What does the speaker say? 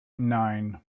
nine